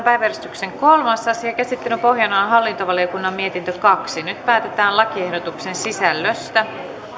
päiväjärjestyksen kolmas asia käsittelyn pohjana on hallintovaliokunnan mietintö kaksi nyt päätetään lakiehdotuksen sisällöstä